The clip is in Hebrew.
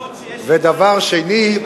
ודבר שני,